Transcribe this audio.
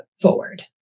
forward